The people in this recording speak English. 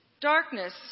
Darkness